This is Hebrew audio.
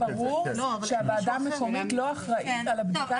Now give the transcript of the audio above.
רק שיהיה ברור שהוועדה המקומית לא אחראית על בדיקת הנושאים האלה.